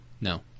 No